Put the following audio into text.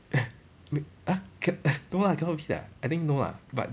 !huh! ca~ no lah cannot be lah I think no ah but